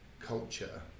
Culture